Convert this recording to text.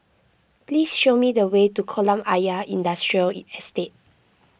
please show me the way to Kolam Ayer Industrial Estate